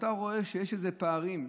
כשאתה רואה שיש פערים,